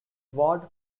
ward